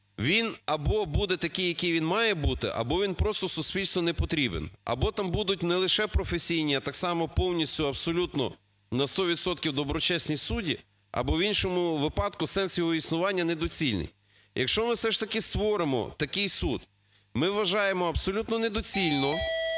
він або буде такий, яким він має бути, або він просто суспільству не потрібен. Або там будуть не лише професійні, а так само повністю, абсолютно, на 100 відсотків доброчесні судді. Або в іншому випадку сенс його існування недоцільний. Якщо ми все ж таки створимо такий суд, ми вважаємо, абсолютно недоцільно,